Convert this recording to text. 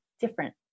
different